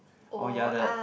oh ya the